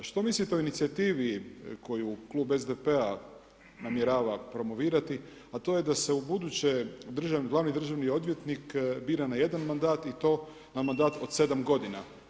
Što mislite o inicijativi koju klub SDP-a namjerava promovirati, a to je da se ubuduće glavni državni odvjetnik bira na jedan mandat i to na mandat od sedam godina?